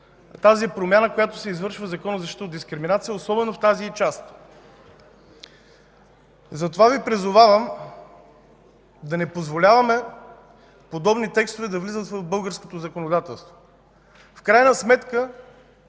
тази промяна, която се извършва в Закона за защита от дискриминация особено в тази й част. Затова Ви призовавам да не позволяваме подобни текстове да влизат в българското законодателство. В крайна сметка